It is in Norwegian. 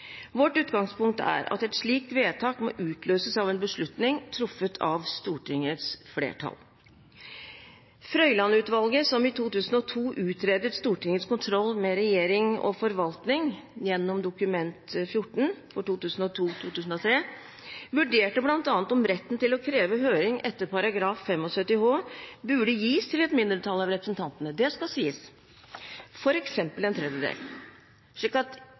Vårt utgangspunkt er at et slikt vedtak må utløses av en beslutning truffet av Stortingets flertall. Frøyland-utvalget, som i 2002 utredet Stortingets kontroll med regjering og forvaltning gjennom Dokument nr. 14 for 2002–2003, vurderte bl.a. om retten til å kreve høring etter § 75 h burde gis til et mindretall av representantene, f.eks. en tredjedel – det skal sies. Frøyland-utvalget drøftet faktisk dette spørsmålet. Jeg vil imidlertid understreke at